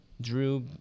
Drew